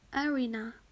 Arena